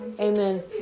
Amen